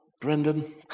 Brendan